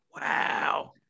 Wow